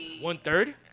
One-third